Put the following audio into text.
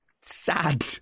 sad